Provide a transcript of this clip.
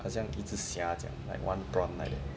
好像一只虾这样 like one prawn like that